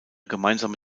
gemeinsame